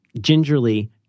gingerly